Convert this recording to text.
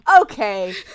okay